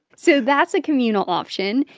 so that's a communal option.